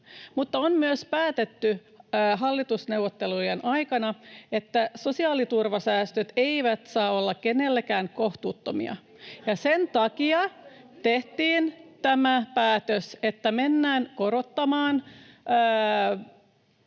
on myös päätetty hallitusneuvottelujen aikana, että sosiaaliturvasäästöt eivät saa olla kenellekään kohtuuttomia. Sen takia tehtiin tämä päätös, että mennään korottamaan